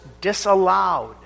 disallowed